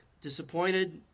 disappointed